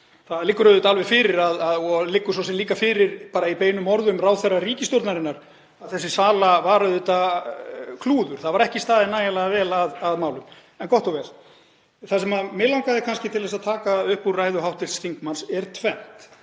Það liggur auðvitað alveg fyrir og liggur svo sem líka fyrir bara í beinum orðum ráðherra ríkisstjórnarinnar að þessi sala var auðvitað klúður. Það var ekki staðið nægilega vel að málum. En gott og vel. Það sem mig langaði kannski til að taka upp úr ræðu hv. þingmanns er tvennt.